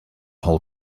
whole